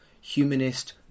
humanist